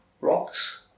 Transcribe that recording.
rocks